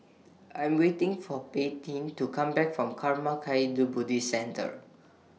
I Am waiting For Paityn to Come Back from Karma Kagyud Buddhist Centre